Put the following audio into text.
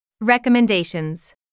Recommendations